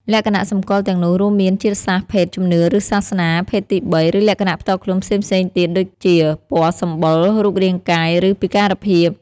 លក្ខណៈសម្គាល់ទាំងនោះរួមមាន ជាតិសាសន៍ ភេទ ជំនឿ ឬសាសនា ភេទទីបី ឬលក្ខណៈផ្ទាល់ខ្លួនផ្សេងៗទៀតដូចជា ពណ៌សម្បុរ រូបរាងកាយ ឬពិការភាព។